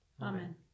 Amen